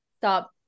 stop